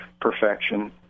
perfection